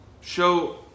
Show